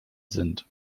sind